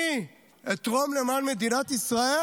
אני אתרום למען מדינת ישראל,